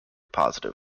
positive